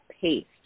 paste